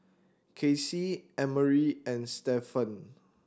Kasie Emery and Stevan